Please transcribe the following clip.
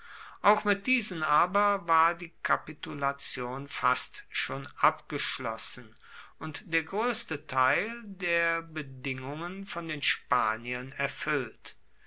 auch mit diesen aber war die kapitulation fast schon abgeschlossen und der größte teil der bedingungen von den spaniern erfüllt